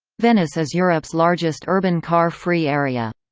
venice is europe's largest urban car-free area.